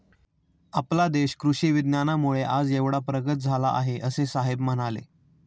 आपला देश कृषी विज्ञानामुळे आज एवढा प्रगत झाला आहे, असे साहेब म्हणाले